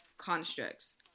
Constructs